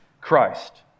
Christ